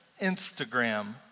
Instagram